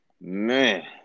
Man